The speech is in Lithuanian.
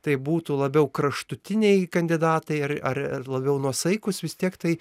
tai būtų labiau kraštutiniai kandidatai ar ar labiau nuosaikūs vis tiek tai